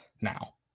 now